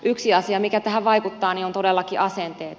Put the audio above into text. yksi asia mikä tähän vaikuttaa on todellakin asenteet